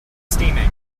steaming